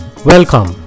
Welcome